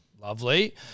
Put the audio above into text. Lovely